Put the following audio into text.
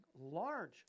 large